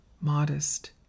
modest